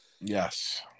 Yes